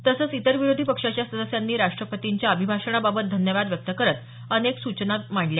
तसंच इतर विरोधी पक्षाच्या सदस्यांनी राष्ट्रपतींच्या अभिभाषणाबाबत धन्यवाद व्यक्त करत अनेक सूचना मांडल्या